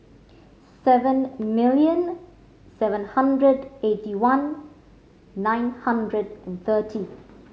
seven million seven hundred eighty one nine hundred and thirty